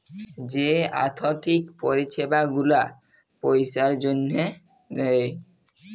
যে আথ্থিক পরিছেবা গুলা পইসার জ্যনহে দেয়